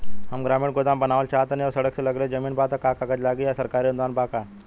हम ग्रामीण गोदाम बनावल चाहतानी और सड़क से लगले जमीन बा त का कागज लागी आ सरकारी अनुदान बा का?